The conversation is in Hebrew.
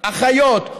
אחיות,